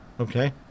Okay